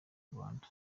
rwanda